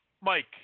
Mike